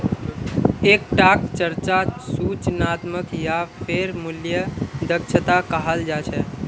एक टाक चर्चा सूचनात्मक या फेर मूल्य दक्षता कहाल जा छे